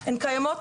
הן קיימות